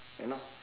you know